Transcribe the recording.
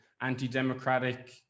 anti-democratic